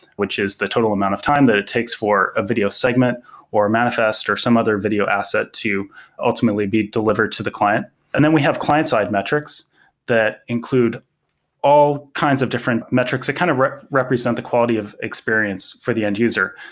which is the total amount of time that it takes for a video segment or manifest or some other video asset to ultimately be delivered to the client and. then we have client-side metrics that include all kinds of different metrics. it kind of represent the quality of experience for the end-user,